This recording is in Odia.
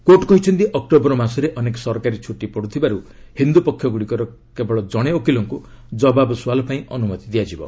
କୋର୍ଟ୍ କହିଛନ୍ତି ଅକ୍ଟୋବର ମାସରେ ଅନେକ ସରକାରୀ ଛୁଟି ପଡ଼ୁଥିବାରୁ ହିନ୍ଦୁ ପକ୍ଷଗୁଡ଼ିକର କେବଳ ଜଣେ ଓକିଲଙ୍କୁ ଜବାବସୁଆଲ ପାଇଁ ଅନୁମତି ଦିଆଯିବ